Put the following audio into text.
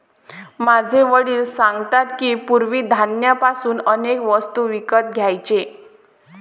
माझे वडील सांगतात की, पूर्वी धान्य पासून अनेक वस्तू विकत घ्यायचे